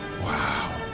Wow